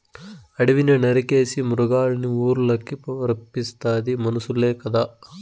అడివిని నరికేసి మృగాల్నిఊర్లకి రప్పిస్తాది మనుసులే కదా